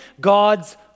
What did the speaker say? God's